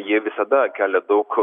jie visada kelia daug